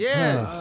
Yes